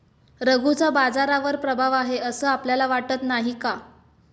रघूचा बाजारावर प्रभाव आहे असं आपल्याला वाटत नाही का?